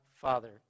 Father